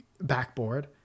backboard